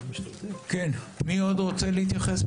מי עוד רוצה להתייחס,